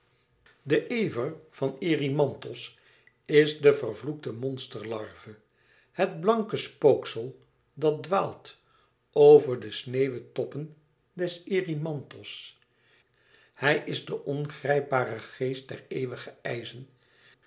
de ever van erymanthos is de vervloekte monsterlarve het blanke spooksel dat dwaalt over de sneeuwen toppen des erymanthos hij is de ongrijpbare geest der eeuwige ijzen